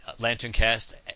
lanterncast